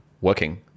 working